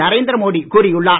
நரேந்திர மோடி கூறியுள்ளார்